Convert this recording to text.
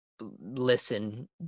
listen